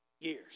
years